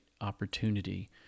opportunity